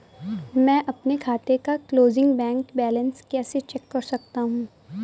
मैं अपने खाते का क्लोजिंग बैंक बैलेंस कैसे चेक कर सकता हूँ?